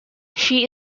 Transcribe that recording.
she